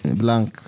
blank